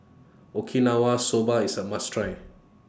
Okinawa Soba IS A must Try